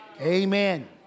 Amen